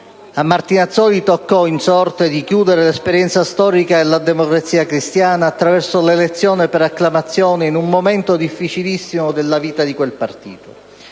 A Martinazzoli toccò in sorte di chiudere l'esperienza storica della Democrazia cristiana attraverso l'elezione per acclamazione in un momento difficilissimo della vita di quel partito.